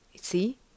see